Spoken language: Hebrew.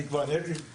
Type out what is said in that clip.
אני כבר אין, פסיכי,